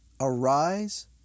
Arise